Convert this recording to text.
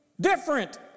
different